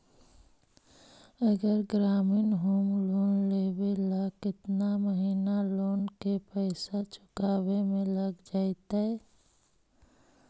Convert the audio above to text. अगर ग्रामीण home loan लेबै त केतना महिना लोन के पैसा चुकावे में लग जैतै?